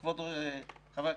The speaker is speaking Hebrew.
חבר הכנסת,